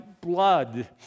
blood